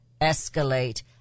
escalate